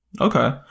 Okay